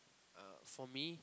uh for me